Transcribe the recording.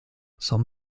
son